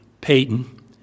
Payton